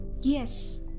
Yes